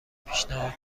پیشنهاد